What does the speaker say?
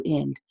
end